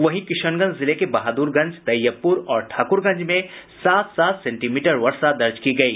वहीं किशनगंज जिले के बहाद्रगंज तैय्यबपूर और ठाकुरगंज में सात सात सेंटीमीटर वर्षा दर्ज की गयी